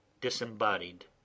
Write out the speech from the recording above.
disembodied